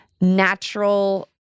natural